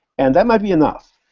and that might be enough,